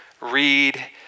Read